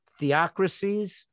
theocracies